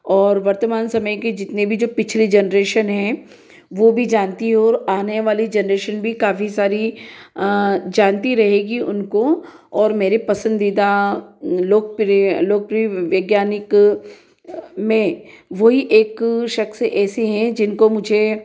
और वर्तमान समय के जितने भी जो पिछले जनरेशन हैं वो भी जानती ओर आने वाली जेनरेशन भी काफ़ी सारी जानती रहेगी उनको और मेरी पसंदीदा लोकप्रिय लोकप्रिय वैज्ञानिक में वही एक शक्स ऐसे हैं जिनको मुझे